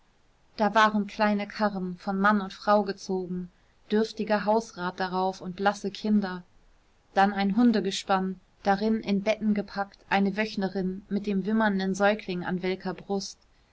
da waren kleine karren von mann und frau gezogen dürftiger hausrat darauf und blasse kinder dann ein hundegespann darin in betten gepackt eine wöchnerin mit dem wimmernden säugling an welker brust